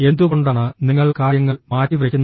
എന്തുകൊണ്ടാണ് നിങ്ങൾ കാര്യങ്ങൾ മാറ്റിവയ്ക്കുന്നത്